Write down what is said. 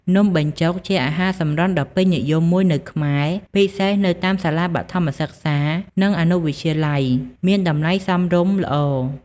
នំបញ្ចុកជាអាហារសម្រន់ដ៏ពេញនិយមមួយនៅខ្មែរ ពិសេសនៅតាមសាលាបឋមសិក្សា និងអនុវិទ្យាល័យ មានតម្លៃសមរម្យល្អ។